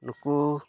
ᱱᱩᱠᱩ